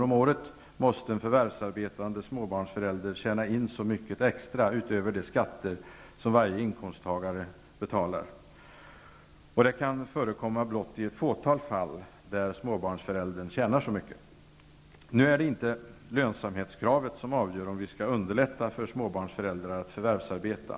om året, måste en förvärvsarbetande småbarnsförälder tjäna in så mycket extra utöver de skatter som varje inkomsttagare betalar. Det kan förekomma blott i ett fåtal fall, då småbarnsföräldern tjänar så mycket. Det är nu inte lönsamhetskravet som avgör om vi skall underlätta för småbarnsföräldrar att förvärvsarbeta.